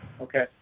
Okay